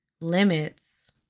limits